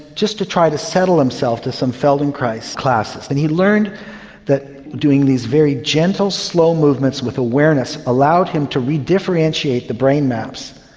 just to try to settle himself, to some feldenkrais classes, and he learned that doing these very gentle, slow movements with awareness allowed him to re-differentiate the brain maps,